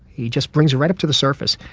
he just brings you right up to the surface.